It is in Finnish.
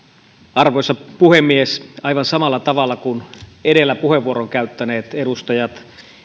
arvoisa puhemies aivan samalla tavalla kuin edellä puheenvuoron käyttäneet edustajat